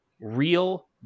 real